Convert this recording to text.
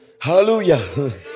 Hallelujah